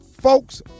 folks